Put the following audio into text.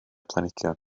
planhigion